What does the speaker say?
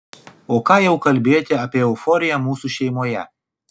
o ką jau kalbėti apie euforiją mūsų šeimoje